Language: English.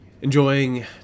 enjoying